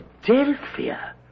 Philadelphia